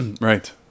Right